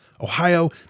Ohio